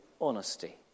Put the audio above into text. honesty